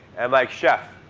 and like, chef,